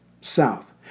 south